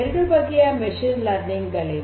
ಎರಡು ಬಗೆಯ machine learning ಗಳಿವೆ